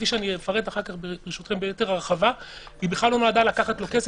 כפי שאפרט אחד-כך ברשותכם בייתר הרחבה היא בכלל לא נועדה לקחת לו כסף,